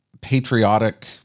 patriotic